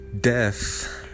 death